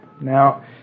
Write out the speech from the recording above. Now